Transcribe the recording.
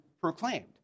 proclaimed